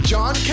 John